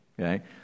okay